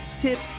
tips